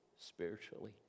spiritually